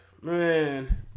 man